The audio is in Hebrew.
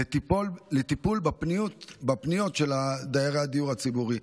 לטיפול בפניות של דיירי הדיור הציבורי.